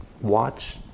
watch